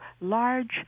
large